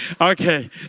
Okay